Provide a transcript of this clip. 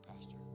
Pastor